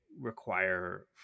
require